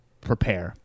prepare